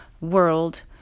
world